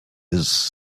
his